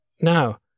Now